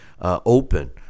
open